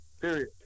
Period